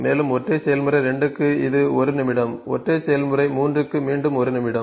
மேலும் ஒற்றை செயல்முறை 2 க்கு இது 1 நிமிடம் ஒற்றை செயல்முறை 3 க்கு மீண்டும் 1 நிமிடம்